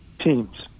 teams